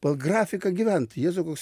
pagal grafiką gyventi jėzau koks